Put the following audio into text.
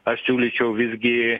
aš siūlyčiau visgi